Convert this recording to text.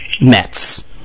Mets